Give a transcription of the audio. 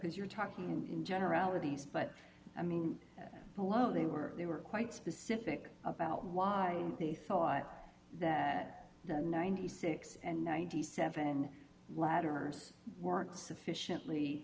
because you're talking in generalities but i mean below they were they were quite specific about why they thought that the ninety six and ninety seven lattimer's weren't sufficiently